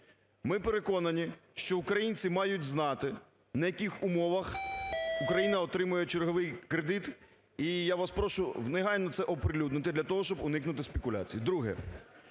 Ми переконані, що українці мають знати, на яких умовах Україна отримує черговий кредит і я вас прошу негайно це оприлюднити для того, щоб уникнути спекуляцій. Друге.